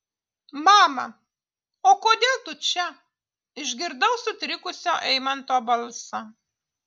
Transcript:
mama o kodėl tu čia išgirdau sutrikusio eimanto balsą